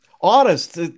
honest